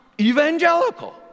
evangelical